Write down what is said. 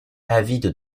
avide